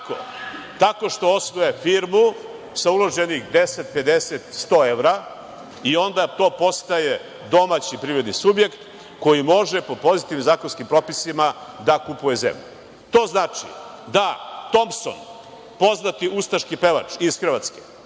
Tako što osnuje firmu sa uloženih 10, 50, 100 evra i onda to postaje domaći privredni subjekt koji može po pozitivnim zakonskim propisima da kupuje zemlju. To znači da Tompson, poznati ustaški pevač iz Hrvatske,